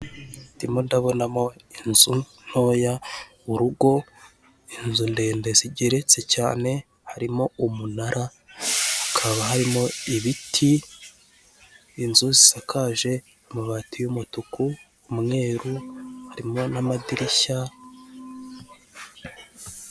Ndimo ndabonamo inzu ntoya, urugo, inzu ndende zigeretse cyane harimo umunara hakaba harimo ibiti, inzu zisakaje amabati y'umutuku, umweru harimo n'amadirishya.